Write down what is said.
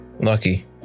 Lucky